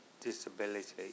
disability